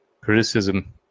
Criticism